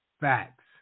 Facts